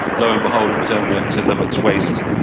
lo and behold, it was only up to lovat's waist.